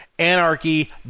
Anarchy